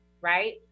Right